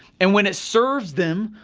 and when it serves them,